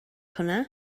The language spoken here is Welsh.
hwnna